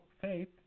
faith